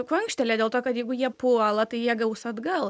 kvankštelėję dėl to kad jeigu jie puola tai jie gaus atgal